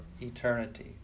eternity